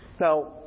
Now